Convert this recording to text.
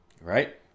Right